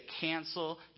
cancel